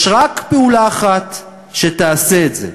יש רק פעולה אחת שתעשה את זה,